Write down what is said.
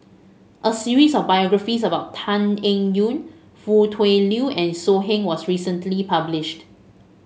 a series of biographies about Tan Eng Yoon Foo Tui Liew and So Heng was recently published